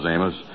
Amos